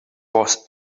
was